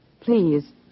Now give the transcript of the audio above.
Please